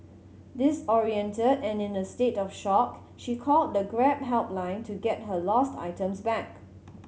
disoriented and in a state of shock she called the Grab helpline to get her lost items back